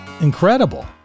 incredible